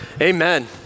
Amen